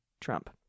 trump